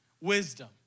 wisdom